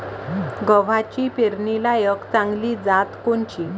गव्हाची पेरनीलायक चांगली जात कोनची?